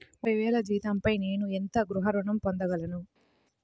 ముప్పై వేల జీతంపై నేను ఎంత గృహ ఋణం పొందగలను?